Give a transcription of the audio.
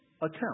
attempt